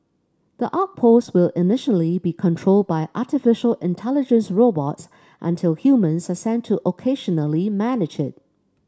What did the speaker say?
the outpost will initially be controlled by artificial intelligence robots until humans are sent to occasionally manage it